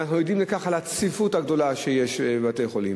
ואנחנו עדים לצפיפות הגדולה שיש בבתי-חולים,